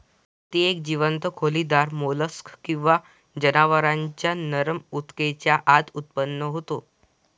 मोती एक जीवंत खोलीदार मोल्स्क किंवा जनावरांच्या नरम ऊतकेच्या आत उत्पन्न होतो